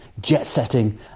jet-setting